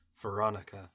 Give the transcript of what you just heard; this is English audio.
Veronica